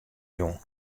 jûn